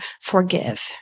forgive